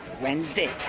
Wednesday